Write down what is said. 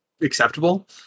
acceptable